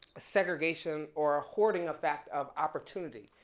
segregation or ah hoarding effect of opportunity.